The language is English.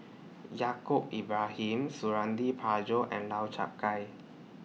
Yaacob Ibrahim Suradi Parjo and Lau Chiap Khai